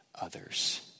others